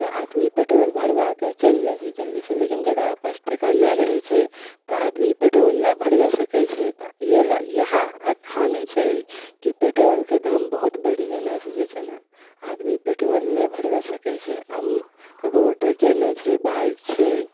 तऽ आदमी पेट्रोल भरबाके चलि जाइ छै जल्दी सऽ लेकिन जेकरा पास टका नहि रहै छै तऽ आदमी पेट्रोल नहि भरबै सकै छै तऽ इहे लए इएह हानि छै कि पेट्रोलके दाम बहुत बढ़ि जेना से जे छै ने आदमी पेट्रोल नहि भरबै सकै छै आ ककरो टके नहि छै बाइक छै